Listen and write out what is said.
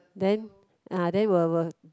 then ah then will will